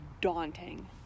daunting